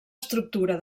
estructura